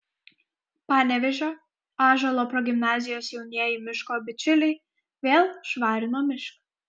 panevėžio ąžuolo progimnazijos jaunieji miško bičiuliai vėl švarino mišką